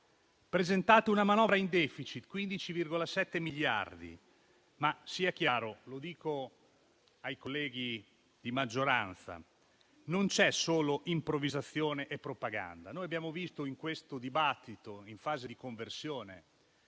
Presentate una manovra in *deficit* di 15,7 miliardi, ma sia chiaro - lo dico ai colleghi di maggioranza - che non c'è solo improvvisazione e propaganda. Abbiamo visto in questo dibattito, in fase di conversione